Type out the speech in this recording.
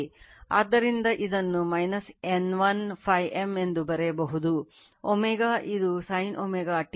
ಆದ್ದರಿಂದ ಇದನ್ನು N1 Φm ಎಂದು ಬರೆಯಬಹುದು ω ಇದು cosine ω t